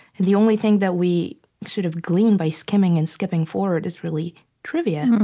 and the only thing that we should have gleaned by skimming and skipping forward is really trivia.